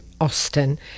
Austin